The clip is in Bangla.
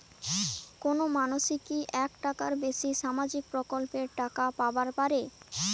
কোনো মানসি কি একটার বেশি সামাজিক প্রকল্পের টাকা পাবার পারে?